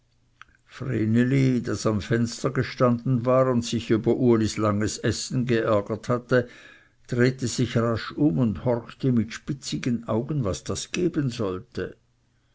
am fenster gestanden war und sich über ulis langes essen geärgert hatte drehte sich rasch um und horchte mit spitzigen augen was das geben sollte